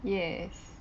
yes